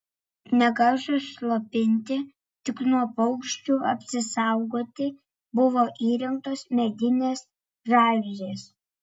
ne garsui slopinti tik nuo paukščių apsisaugoti buvo įrengtos medinės žaliuzės